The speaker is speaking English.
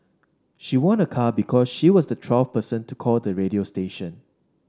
she won a car because she was the twelfth person to call the radio station